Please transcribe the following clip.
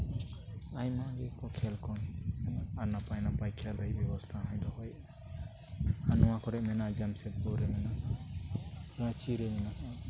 ᱟᱭᱢᱟ ᱜᱮᱠᱚ ᱠᱷᱮᱹᱞᱠᱚ ᱟᱨ ᱱᱟᱯᱟᱭᱼᱱᱟᱯᱟᱭ ᱠᱷᱮᱹᱞᱠᱚ ᱨᱮᱭᱟᱜ ᱵᱮᱵᱚᱥᱛᱷᱟ ᱦᱚᱸᱭ ᱫᱚᱦᱚᱭᱮᱫᱼᱟ ᱟᱨ ᱱᱚᱣᱟ ᱠᱚᱨᱮ ᱢᱮᱱᱟᱜᱼᱟ ᱡᱟᱢᱥᱮᱫᱽᱯᱩᱨ ᱨᱮ ᱢᱮᱱᱟᱜᱼᱟ ᱨᱟᱸᱪᱤᱨᱮ ᱢᱮᱱᱟᱜᱼᱟ